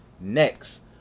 next